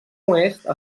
oest